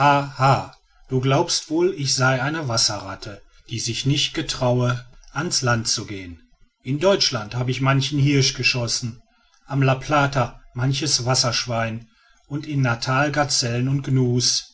du glaubst wohl ich sei eine wasserratte die sich nicht getraue an's land zu gehen in deutschland habe ich manchen hirsch geschossen am la plata manches wasserschwein und in natal gazellen und gnu's